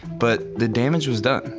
but the damage was done.